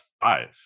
five